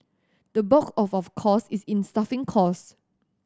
the bulk of our cost is in staffing costs